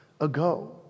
ago